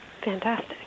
Fantastic